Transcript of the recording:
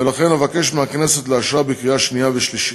ולכן אבקש מהכנסת לאשרה בקריאה שנייה ושלישית.